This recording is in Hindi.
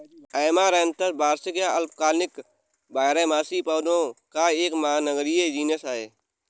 ऐमारैंथस वार्षिक या अल्पकालिक बारहमासी पौधों का एक महानगरीय जीनस है